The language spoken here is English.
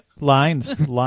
Lines